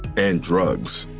and drugs.